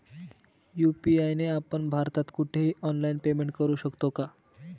UPI ने आपण भारतात कुठेही ऑनलाईन पेमेंट करु शकतो का?